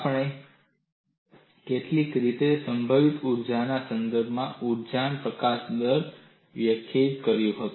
આપણે કેટલીક રીતે સંભવિત ઊર્જાના સંદર્ભમાં ઊર્જા પ્રકાશન દર વ્યક્ત કર્યો છે